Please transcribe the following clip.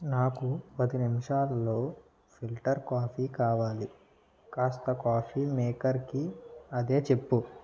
నాకు పది నిమిషాల్లో ఫిల్టర్ కాఫీ కావాలి కాస్త కాఫీ మేకర్కి అదే చెప్పు